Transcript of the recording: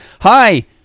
Hi